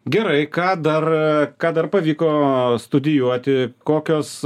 gerai ką dar ką dar pavyko studijuoti kokios